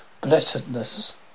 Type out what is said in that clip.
blessedness